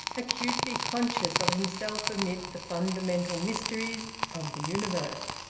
acutely conscious of himself amid the fundamental mysteries of the universe.